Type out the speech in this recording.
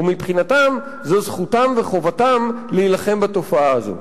ומבחינתם, זו זכותם וחובתם להילחם בתופעה הזאת.